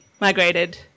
migrated